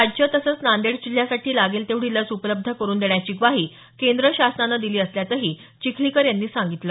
राज्य तसंच नांदेड जिल्ह्यासाठी लागेल तेवढी लस उपलब्ध करुन देण्याची ग्वाही केंद्र शासनानं दिली असल्याचंही चिखलीकर म्हणाले